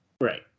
Right